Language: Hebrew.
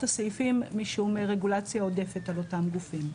הסעיפים משום רגולציה עודפת על אותם גופים.